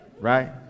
right